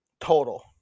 total